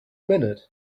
minute